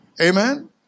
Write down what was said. Amen